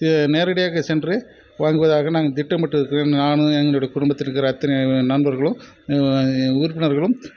நேரடியா சென்று வாங்குவதாக நாங்கள் திட்டமிட்டு இருக்கிறோம் நான் எங்களோட குடும்பத்தில் இருக்கிற அத்தனை நண்பர்களும் உறுப்பினர்களும்